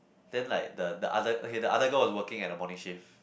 then like the the other okay the other girl was working at the morning shift